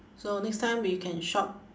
so next time we can shop